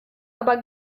aber